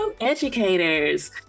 educators